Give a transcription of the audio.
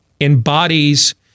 embodies